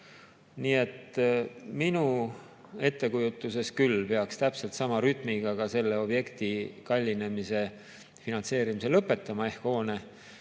Nii et minu ettekujutuses küll peaks täpselt sama rütmiga ka selle objekti kallinemise finantseerimise lõpetama ehk hoone